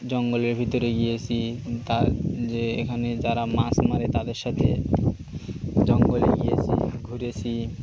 জঙ্গলের ভিতরে গিয়েছি তার যে এখানে যারা মাছ মারে তাদের সাথে জঙ্গলে গিয়েছি ঘুরেছি